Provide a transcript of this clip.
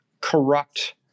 corrupt